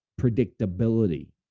predictability